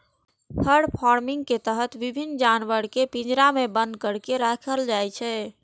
फर farming के तहत विभिन्न जानवर कें पिंजरा मे बन्न करि के राखल जाइ छै